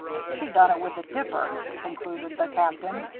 she done it with the dipper, concluded the captain.